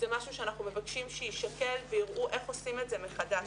זה משהו שאנחנו מבקשים שיישקל ויראו איך עושים את זה מחדש.